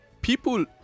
people